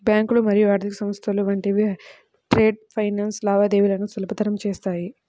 బ్యాంకులు మరియు ఆర్థిక సంస్థలు వంటివి ట్రేడ్ ఫైనాన్స్ లావాదేవీలను సులభతరం చేత్తాయి